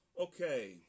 Okay